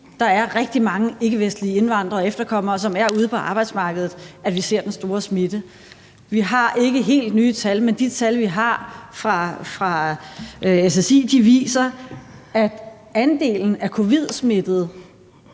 der er rigtig mange ikkevestlige indvandrere og efterkommere, som er ude på arbejdsmarkedet, at vi ser den store smitte. Vi har ikke helt nye tal, men de tal, som vi har fra SSI, viser, at andelen af covid-smittede